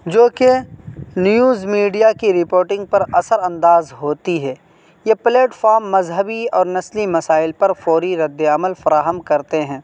جو کہ news media کی رپوٹنگ پر اثر انداز ہوتی ہے یہ پلیٹفام مذہبی اور نسلی مسائل پر فوری ردِ عمل فراہم کرتے ہیں